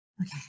Okay